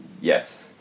yes